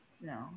No